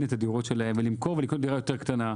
את הדירות שלהם ולמכור ולקנות דירה יותר קטנה,